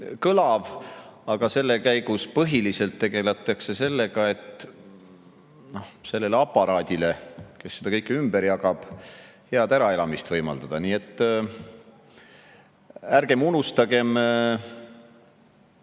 kõlav, aga selle käigus põhiliselt tegeldakse sellega, et aparaadile, kes seda kõike ümber jagab, head äraelamist võimaldada. Nii et ärgem unustagem,